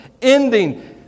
Ending